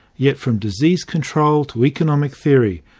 yet, from disease control to economic theory,